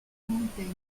mountains